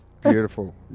Beautiful